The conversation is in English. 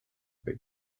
big